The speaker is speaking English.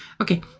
Okay